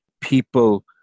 people